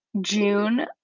June